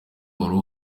wari